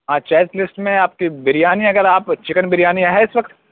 ہاں check list میں آپ کی بریانی اگرآپ چکن بریانی ہے اس وقت